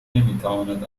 نمیتواند